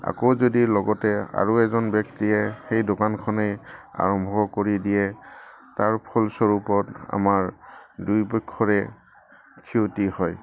আকৌ যদি লগতে আৰু এজন ব্যক্তিয়ে সেই দোকানখনেই আৰম্ভ কৰি দিয়ে তাৰ ফলস্বৰূপত আমাৰ দুয়োপক্ষৰে ক্ষতি হয়